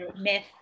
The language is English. myth